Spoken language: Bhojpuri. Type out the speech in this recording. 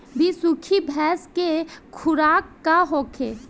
बिसुखी भैंस के खुराक का होखे?